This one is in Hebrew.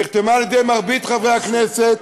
שנחתמה על-ידי מרבית חברי הכנסת,